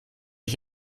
ich